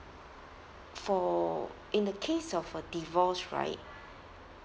for in the case of a divorce right